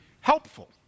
helpful